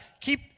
Keep